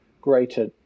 greater